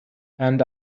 and